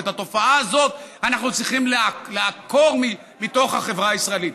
ואת התופעה הזאת אנחנו צריכים לעקור מתוך החברה הישראלית.